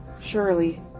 surely